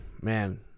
man